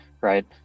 right